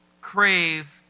crave